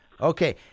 Okay